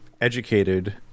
educated